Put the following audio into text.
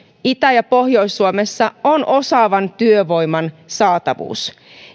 itä ja pohjois suomessa on osaavan työvoiman saatavuus